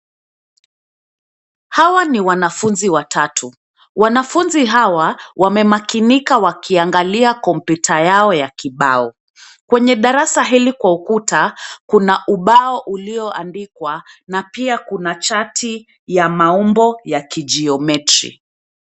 Hawa ni wanafunzi watatu. Wanafunzi hawa wamemakinika wakiangalia kompyuta yao ya kibao. Kwenye darasa hili kwa ukuta kuna ubao ulioandikwa na pia kuna chati ya maumbo ya kijiometri.